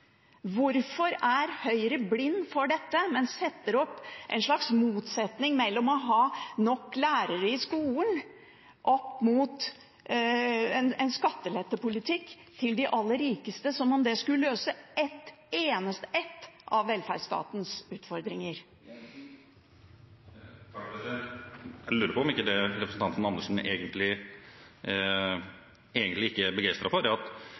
Hvorfor er Høyre blind for dette og setter opp en slags motsetning mellom det å ha nok lærere i skolen og det å ha en skattelettepolitikk for de aller rikeste, som om det skulle løse en eneste av velferdsstatens utfordringer? Jeg lurer på om ikke det som representanten Andersen egentlig ikke er begeistret for, er at